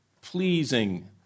pleasing